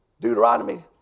Deuteronomy